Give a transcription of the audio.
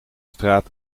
straat